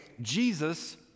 jesus